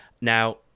Now